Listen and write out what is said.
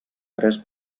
tres